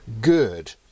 good